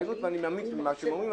אני מאמין למה שאומרים,